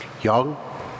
Young